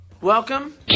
Welcome